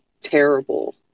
terrible